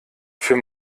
für